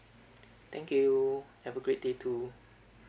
thank you have a great day too